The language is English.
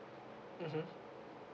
mmhmm